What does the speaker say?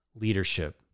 leadership